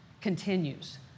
continues